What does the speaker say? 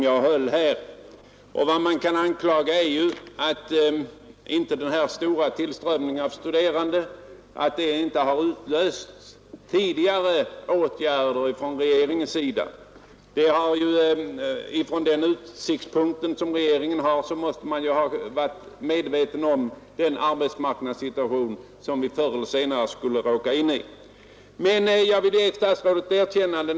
Vad man här kan anklaga regeringen för är att åtgärder inte tidigare vidtagits med anledning av den stora tillströmningen av studenter. Från den utsiktspunkt regeringen har måste den ha varit medveten om den arbetsmarknadssituation vi förr eller senare skulle råka in i. Men jag vill ge statsrådet ett erkännande.